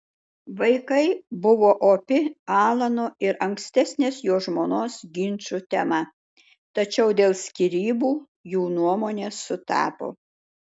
vaikai buvo opi alano ir ankstesnės jo žmonos ginčų tema tačiau dėl skyrybų jų nuomonės sutapo